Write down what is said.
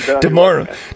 Tomorrow